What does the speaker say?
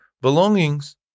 belongings